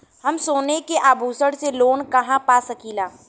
हम सोने के आभूषण से लोन कहा पा सकीला?